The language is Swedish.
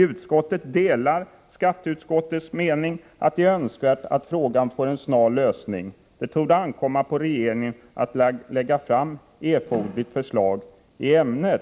Utskottet, heter det vidare, delar skatteutskottets mening att det är önskvärt att frågan får en snar lösning. Det torde ankomma på regeringen att framlägga erforderligt förslag i ämnet,